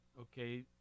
okay